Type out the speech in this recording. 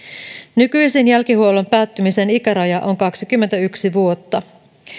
nykyisin jälkihuollon päättymisen ikäraja on kaksikymmentäyksi vuotta